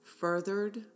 furthered